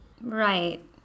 Right